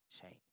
change